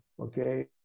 Okay